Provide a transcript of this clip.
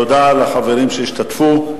תודה לחברים שהשתתפו.